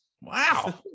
Wow